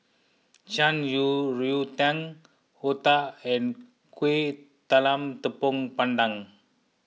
Shan Rui Tang Otah and Kuih Talam Tepong Pandan